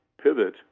pivot